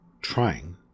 trying